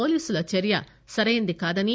పోలీసుల చర్య సరైంది కాదని